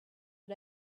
out